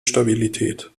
stabilität